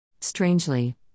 Strangely